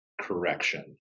correction